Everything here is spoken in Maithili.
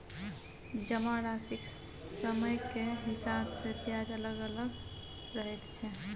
जमाराशिक समयक हिसाब सँ ब्याज अलग अलग रहैत छै